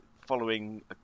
following